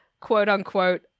quote-unquote